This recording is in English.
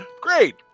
Great